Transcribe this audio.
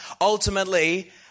ultimately